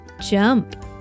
jump